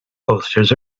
posters